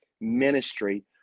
ministry